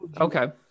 okay